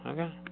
Okay